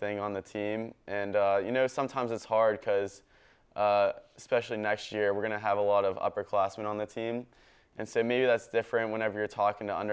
thing on the team and you know sometimes it's hard because especially next year we're going to have a lot of upper classman on the team and say maybe that's different whenever you're talking to under